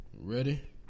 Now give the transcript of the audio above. Ready